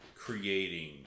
creating